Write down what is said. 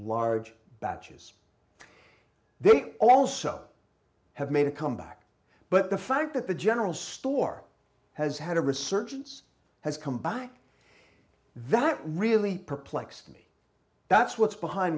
large batches they also have made a comeback but the fact that the general store has had a resurgence has combined that really perplexed me that's what's behind